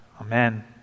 Amen